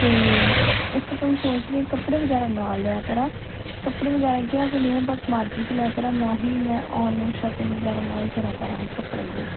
ਅਤੇ ਇਸ ਕਰਕੇ ਮੈਂ ਸੋਚ ਰਹੀ ਕੱਪੜੇ ਵਗੈਰਾ ਨਾ ਲਿਆ ਕਰਾਂ ਕੱਪੜੇ ਵਗੈਰਾ ਕਿ ਮੈਂ ਨਿਅਰ ਅਬਾਊਟ ਮਾਰਕਿਟ 'ਚੋਂ ਲਿਆ ਕਰਾਂ ਨਾ ਹੀ ਮੈਂ ਓਨਲਾਈਨ ਸ਼ੋਪਿੰਗ ਵਗੈਰਾ ਨਾ ਹੀ ਕਰਿਆ ਕਰਾਂ ਕੱਪੜੇ ਦੀ